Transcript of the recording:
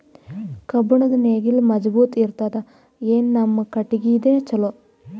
ಕಬ್ಬುಣದ್ ನೇಗಿಲ್ ಮಜಬೂತ ಇರತದಾ, ಏನ ನಮ್ಮ ಕಟಗಿದೇ ಚಲೋನಾ?